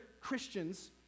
Christians